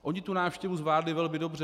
Oni tu návštěvu zvládli velmi dobře.